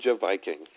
Viking